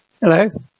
Hello